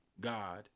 God